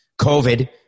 COVID